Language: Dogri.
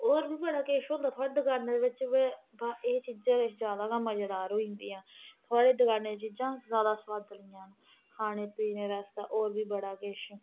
होर बी बड़ा किश होंदा थोआढ़ी दकानै बिच्च बे बा एह् चीजां किश ज्यादा गै मजेदार होई जंदियां थोआढ़े दकाने दियां चीजां ज्यादा सोआदलियां न खाने पीने बास्तै होर बी बड़ा किश ऐ